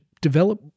develop